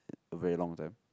a very long time